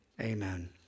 Amen